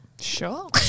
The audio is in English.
Sure